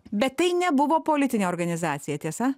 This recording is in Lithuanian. bet tai nebuvo politinė organizacija tiesa